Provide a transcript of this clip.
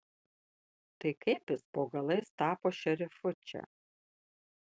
tai kaip jis po galais tapo šerifu čia